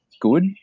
good